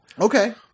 Okay